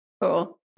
Cool